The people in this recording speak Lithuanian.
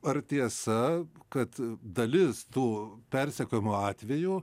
ar tiesa kad dalis tų persekiojimo atvejų